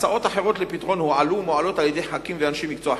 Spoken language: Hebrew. הצעות אחרות לפתרון הועלו ומועלות על-ידי חברי כנסת ואנשי מקצוע אחרים,